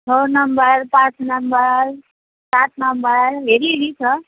छ नम्बर पाँच नम्बर सात नम्बर हेरी हेरी छ